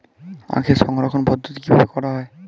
আখের সংরক্ষণ পদ্ধতি কিভাবে করা হয়?